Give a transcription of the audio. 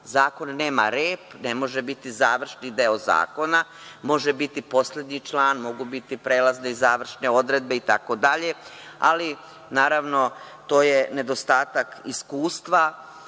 Zakon nema rep, ne može biti završni deo zakona, može biti poslednji član, mogu biti prelazne i završne odredbe itd, ali naravno, to je nedostatak iskustva